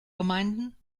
gemeinden